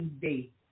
day